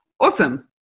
Awesome